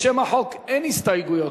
לשם החוק אין הסתייגויות.